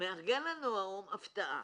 מארגן לנו האו"ם הפתעה.